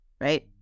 right